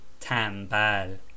tambal